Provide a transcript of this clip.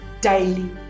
daily